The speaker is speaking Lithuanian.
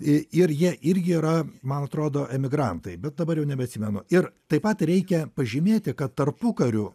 i ir jie irgi yra man atrodo emigrantai bet dabar jau nebeatsimenu ir taip pat reikia pažymėti kad tarpukariu